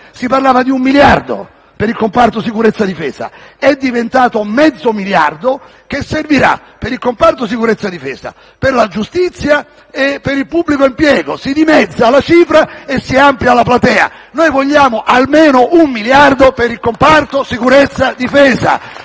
si parlava di un miliardo di euro per il comparto sicurezza e difesa; è diventato mezzo miliardo, che servirà per il comparto sicurezza e difesa, per la giustizia e per il pubblico impiego. Si dimezza la cifra e si amplia la platea. Noi vogliamo almeno un miliardo di euro per il comparto sicurezza e difesa.